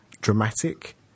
dramatic